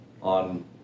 on